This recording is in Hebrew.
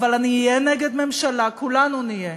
אבל אני אהיה נגד ממשלה, כולנו נהיה,